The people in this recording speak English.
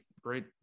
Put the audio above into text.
great